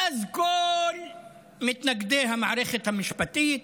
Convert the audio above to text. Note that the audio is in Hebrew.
ואז כל מתנגדי המערכת המשפטית,